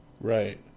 right